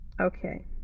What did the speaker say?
Okay